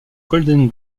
golden